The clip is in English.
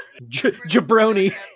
Jabroni